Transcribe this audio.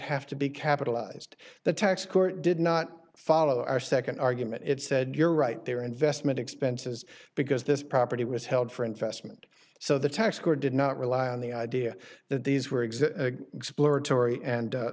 have to be capitalized the tax court did not follow our nd argument it said you're right their investment expenses because this property was held for investment so the tax code did not rely on the idea that these were exit a exploratory and